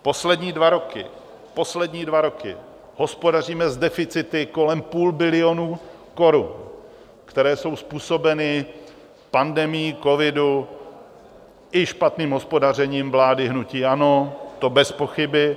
Poslední dva roky, poslední dva roky hospodaříme s deficity kolem půl bilionu korun, které jsou způsobeny pandemií covidu i špatným hospodařením vlády hnutí ANO, to bezpochyby.